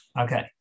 Okay